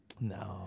No